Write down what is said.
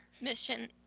mission